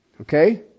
Okay